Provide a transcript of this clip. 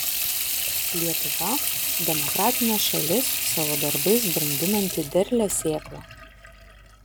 lietuva demokratinė šalis savo darbais brandinanti derlią sėklą